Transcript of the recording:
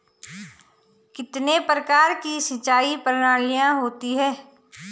कितने प्रकार की सिंचाई प्रणालियों होती हैं?